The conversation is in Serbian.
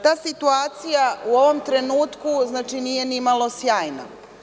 Ta situacija u ovom trenutku, znači nije ni malo sjajna.